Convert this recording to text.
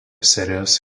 serijos